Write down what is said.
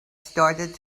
started